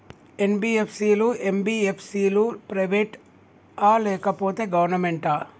NBFC లు, MBFC లు private ఆ లేకపోతే గవర్నమెంటా?